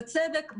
בצדק,